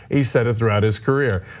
he said it throughout his career.